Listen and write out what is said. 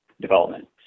development